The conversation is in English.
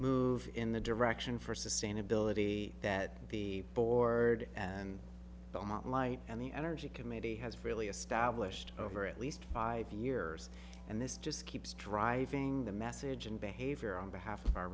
move in the direction for sustainability that the board and light and the energy committee has really established over it lee five years and this just keeps driving the message and behavior on behalf of our